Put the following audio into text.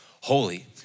holy